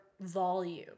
volume